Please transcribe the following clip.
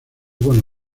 con